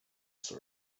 saw